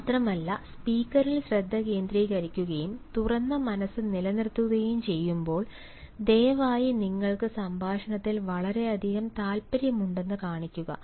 മാത്രമല്ല സ്പീക്കറിൽ ശ്രദ്ധ കേന്ദ്രീകരിക്കുകയും തുറന്ന മനസ്സ് നിലനിർത്തുകയും ചെയ്യുമ്പോൾ ദയവായി നിങ്ങൾക്ക് സംഭാഷണത്തിൽ വളരെയധികം താല്പര്യമുണ്ടെന്ന് കാണിക്കുക